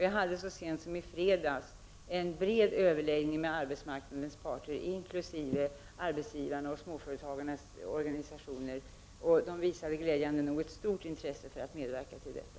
Jag hade så sent som i fredags en bred överläggning med arbetsmarknadens parter inkl. representanter för arbetsgivarna och småföretagarnas organisationer. De visade glädjande nog ett stort intresse för att medverka till detta.